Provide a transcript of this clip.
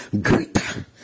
greater